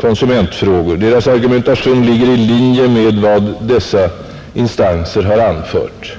konsumentfrågor. Deras argumentation ligger i linje med vad dessa instanser har anfört.